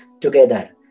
together